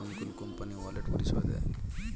কোন কোন company wallet পরিষেবা দেয়?